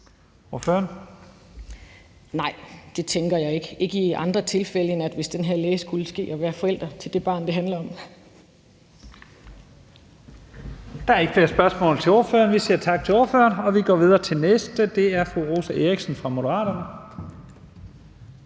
Nej, det tænker jeg ikke, ikke i andre tilfælde, end at den her læge skulle være forælder til det barn, det handler om. Kl. 11:48 Første næstformand (Leif Lahn Jensen): Der er ikke flere spørgsmål til ordføreren. Vi siger tak til ordføreren, og vi går videre til den næste. Det er fru Rosa Eriksen fra Moderaterne.